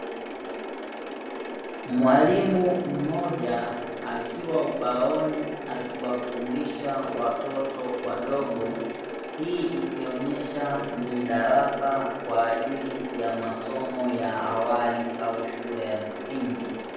Mwalimu mmoja akiwa ubaoni akiwafundisha watoto wadogo, hii ikionyesha ni darasa kwaajili ya masomo ya awali au shule ya msingi.